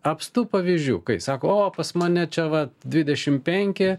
apstu pavyzdžių kai sako o pas mane čia va dvidešim penki